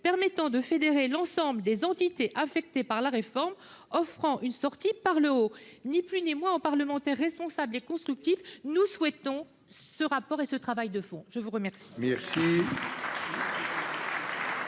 permettant de fédérer l'ensemble des entités affectées par la réforme, offrant une sortie par le haut, ni plus ni moins, aux parlementaires responsables et constructifs. Nous souhaitons ce rapport et ce travail de fond. La parole